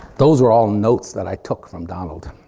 those were all notes that i took from donald.